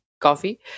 coffee